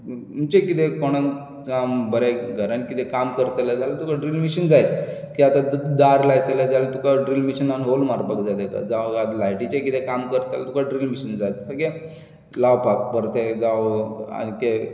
म्हणचे कितें कोणाक जावं घरांत कितें काम करतलें जाल्यार तुका ड्रील मॅशीन जाय की आतां दार लायतलें जाल्यार ड्रील मॅसीनीन होल मारूंक जाय तेका जावं लायटीचें कितें काम करपाक तुका ड्रील मॅशीन जाय सगळें लावपाक परतें लावप आनी तें